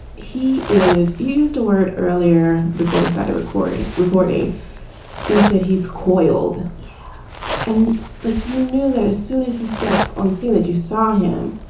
he is used a word earlier before we started recording, recording you said he's coiled and like you knew that as soon as he stepped on scene that you saw him.